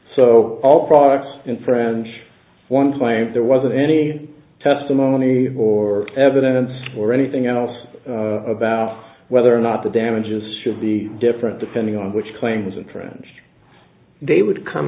so all products in french one claim there wasn't any testimony for evidence or anything else about whether or not the damages should be different depending on which claims of trench they would come